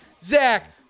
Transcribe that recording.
Zach